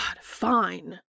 fine